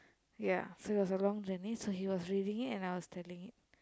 ya so it was a long journey so he was reading it and I was telling it